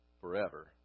forever